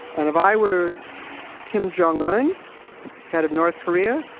and if i were kim jong un head of north korea,